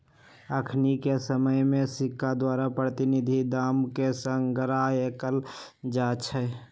अखनिके समय में सिक्का द्वारा प्रतिनिधि दाम के संग्रह कएल जाइ छइ